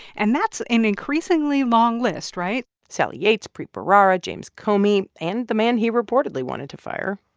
and that's an increasingly long list, right? sally yates, preet bharara, james comey and the man he reportedly wanted to fire,